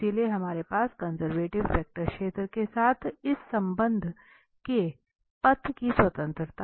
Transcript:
इसलिए हमारे पास कंजर्वेटिव वेक्टर क्षेत्र के साथ इस संबंध के पथ की स्वतंत्रता है